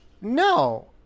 No